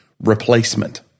replacement